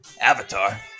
Avatar